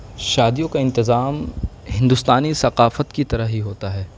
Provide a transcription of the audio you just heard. شادیوں کا انتظام ہندوستانی ثقافت کی طرح ہی ہوتا ہے